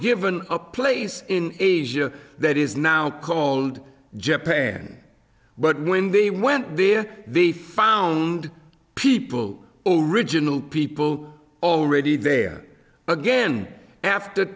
given a place in asia that is now called japan but when they went there they found people all riginal people already there again after